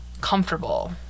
comfortable